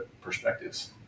Perspectives